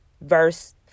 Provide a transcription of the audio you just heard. verse